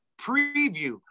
preview